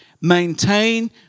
maintain